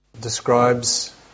describes